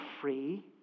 free